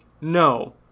no